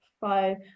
five